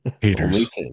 haters